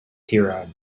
herod